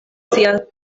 sia